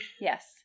Yes